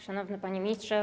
Szanowny Panie Ministrze!